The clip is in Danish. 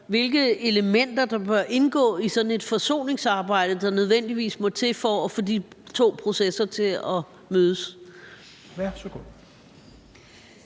hvilke elementer der bør indgå i sådan et forsoningsarbejde, der nødvendigvis må til, for at få de to processer til at mødes.